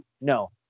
no